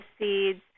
seeds